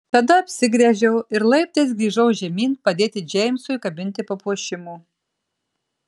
tada apsigręžiau ir laiptais grįžau žemyn padėti džeimsui kabinti papuošimų